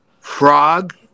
frog